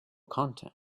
content